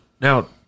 Now